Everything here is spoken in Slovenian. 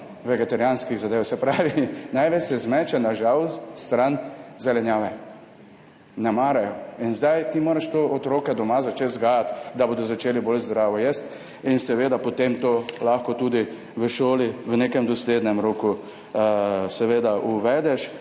stran, se pravi, največ se zmeče, žal, stran zelenjave, ne marajo. Ti moraš to otroke doma začeti vzgajati, da bodo začeli bolj zdravo jesti, in seveda potem to lahko tudi v šoli v nekem doslednem roku seveda uvedeš.